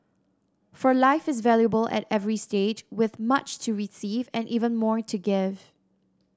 for life is valuable at every stage with much to receive and even more to give